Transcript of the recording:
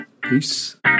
Peace